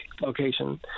location